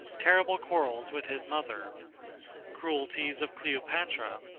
terrible quarrels with his mother cruelties of cleopatra.